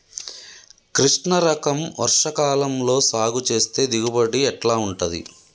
కృష్ణ రకం వర్ష కాలం లో సాగు చేస్తే దిగుబడి ఎట్లా ఉంటది?